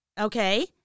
okay